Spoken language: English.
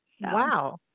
Wow